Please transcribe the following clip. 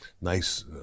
nice